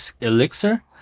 Elixir